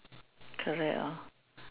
correct hor